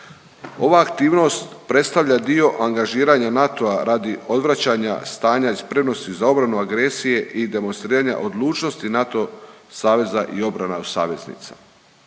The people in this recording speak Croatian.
Ova aktivnost predstavlja dio angažiranja NATO-a radi odvraćanja stanja i spremnosti za obranu agresije i demonstriranja odlučnosti NATO saveza i obrana u saveznicama.